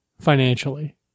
financially